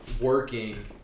working